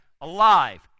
alive